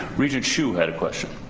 regent hsu had a question.